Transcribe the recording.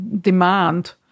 demand